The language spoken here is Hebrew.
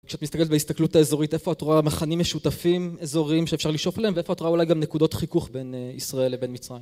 כשאת מסתכלת בהסתכלות האזורית, איפה את רואה מכנים משותפים, אזורים שאפשר לשאוף אליהם, ואיפה את רואה אולי גם נקודות חיכוך בין ישראל לבין מצרים?